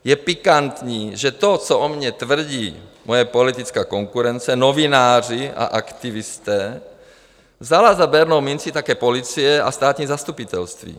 Je pikantní, že to, co o mně tvrdí moje politická konkurence, novináři a aktivisté, vzala za bernou minci také policie a státní zastupitelství.